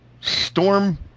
Storm